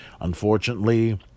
unfortunately